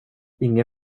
ingen